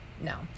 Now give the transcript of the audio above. no